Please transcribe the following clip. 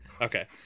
Okay